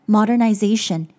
Modernization